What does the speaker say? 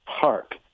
Park